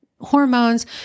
hormones